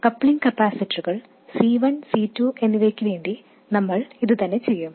coupling കപ്പാസിറ്ററുകൾ C1 C2 എന്നിവയ്ക്ക് വേണ്ടി നമ്മൾ ഇത് തന്നെ ചെയ്യും